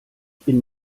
bin